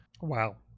Wow